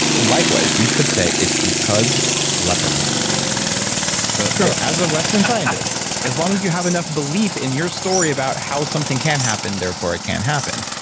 likewise, you could say it's because leprechauns so so as a western scientist, as long as you have enough belief in your story about how something can happen, therefore it can happen,